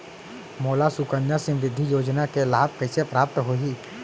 मोला सुकन्या समृद्धि योजना के लाभ कइसे प्राप्त होही?